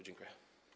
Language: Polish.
Dziękuję.